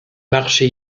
marché